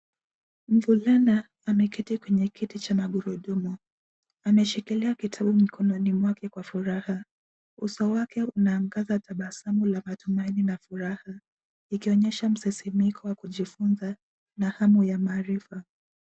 Mvulana ameketi kwenye kiti cha magurudumu, ameshikilia kitabu mkononi kwa furaha. Uso wake unaangaza tabasamu la matumaini na furaha, akionyesha msisimko wa kujifunza na hamu ya maarifa.